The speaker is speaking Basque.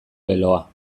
leloa